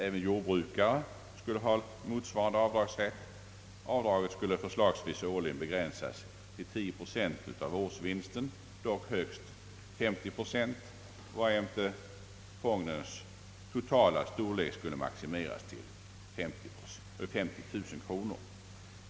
Även jordbrukare skulle ha motsvarande avdragsrätt. Avdraget skulle årligen begränsas till förslagsvis 10 procent av årsvinsten, varjämte fondens totala storlek skulle maximeras till 50 000 kronor.